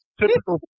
Typical